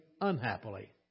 unhappily